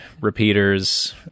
repeaters